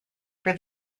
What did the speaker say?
for